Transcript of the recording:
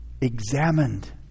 examined